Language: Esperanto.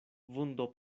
vundo